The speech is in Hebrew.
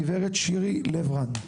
גברת שירי לב-רן.